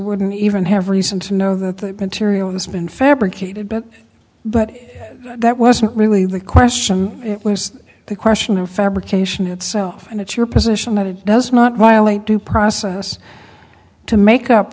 wouldn't even have reason to know that they'd been tiriel has been fabricated but but that wasn't really the question it was the question of fabrication itself and it's your position that it does not violate due process to make up